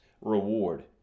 reward